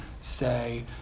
say